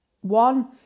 one